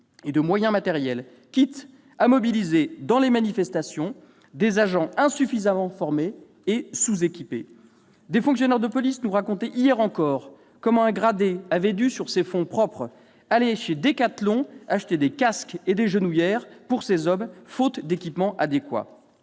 et de moyens matériels, quitte à mobiliser dans les manifestations des agents insuffisamment formés et sous-équipés. Des fonctionnaires de police nous racontaient hier encore comment un gradé avait dû aller chez Decathlon acheter sur ses fonds propres des casques et des genouillères pour ses hommes, faute d'équipements adéquats.